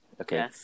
Okay